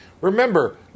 Remember